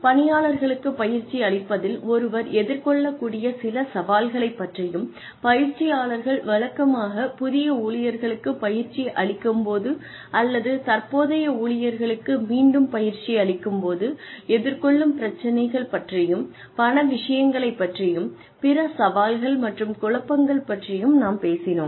பணியாளர்களுக்கு பயிற்சி அளிப்பதில் ஒருவர் எதிர்கொள்ளக்கூடிய சில சவால்கள் பற்றியும் பயிற்சியாளர்கள் வழக்கமாக புதிய ஊழியர்களுக்கு பயிற்சி அளிக்கும்போது அல்லது தற்போதைய ஊழியர்களுக்கு மீண்டும் பயிற்சி அளிக்கும் போது எதிர்நோக்கும் பிரச்சினைகள் பற்றியும் பண விஷயங்களைப் பற்றியும் பிற சவால்கள் மற்றும் குழப்பங்கள் பற்றியும் நாம் பேசினோம்